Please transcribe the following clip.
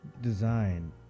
design